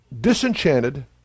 disenchanted